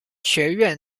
学院